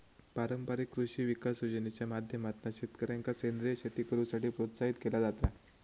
पारंपारिक कृषी विकास योजनेच्या माध्यमातना शेतकऱ्यांका सेंद्रीय शेती करुसाठी प्रोत्साहित केला जाता